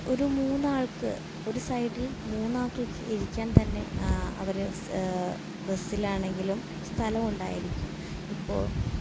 ഒരു മൂന്നാൾക്ക് ഒരു സൈഡിൽ മൂന്നാൾക്ക് ഇരിക്കാൻ തന്നെ അവർ ബസ്സിലാണെങ്കിലും സ്ഥലമുണ്ടായിരിക്കും ഇപ്പോൾ